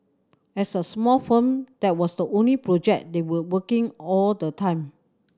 as a small firm that was the only project they were working all the time